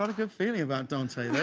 ah good feeling about dante. that's